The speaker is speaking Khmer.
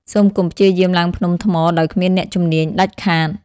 សូមកុំព្យាយាមឡើងភ្នំថ្មដោយគ្មានអ្នកជំនាញដាច់ខាត។